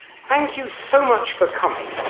thank you so much for coming.